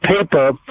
paper